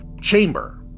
chamber